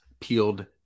peeled